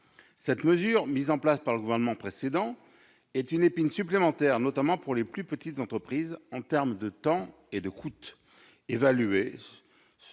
Cette mesure, mise en place par le gouvernement précédent, est une épine supplémentaire, notamment pour les plus petites entreprises, en termes de temps et de coût, évalué,